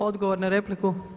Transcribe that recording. Odgovor na repliku.